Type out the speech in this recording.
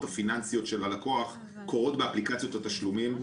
הפיננסיות של הלקוח קורות באפליקציות התשלומים,